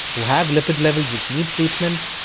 who have lipid levels which need treatment,